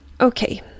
Okay